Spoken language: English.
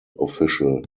official